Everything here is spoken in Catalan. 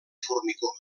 formigó